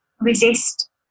resist